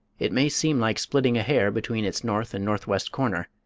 it may seem like splitting a hair between its north and northwest corner,